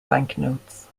banknotes